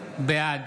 בעד